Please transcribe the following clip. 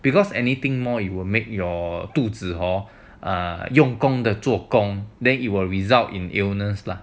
because anything more you will make your 肚子 hor err 用功的做工 then it will result in illness lah